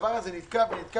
הדבר זה נתקע ונתקע.